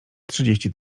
trzydzieści